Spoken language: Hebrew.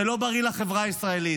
זה לא בריא לחברה הישראלית.